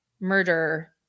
murder